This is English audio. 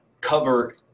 cover